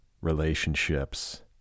relationships